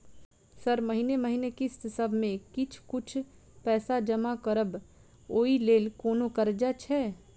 Sir महीने महीने किस्तसभ मे किछ कुछ पैसा जमा करब ओई लेल कोनो कर्जा छैय?